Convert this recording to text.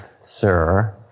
sir